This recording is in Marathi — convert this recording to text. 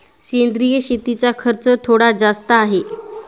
सेंद्रिय शेतीचा खर्च थोडा जास्त आहे